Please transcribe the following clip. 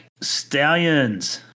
Stallions